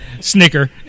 Snicker